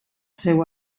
seu